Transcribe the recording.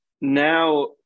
now